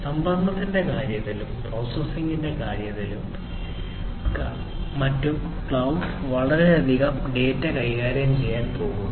സംഭരണത്തിന്റെ കാര്യത്തിലും പ്രോസസ്സിംഗിന്റെ കാര്യത്തിലും മറ്റും ക്ലൌഡ് വളരെയധികം ഡാറ്റ കൈകാര്യം ചെയ്യാൻ പോകുന്നു